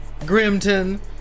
Grimton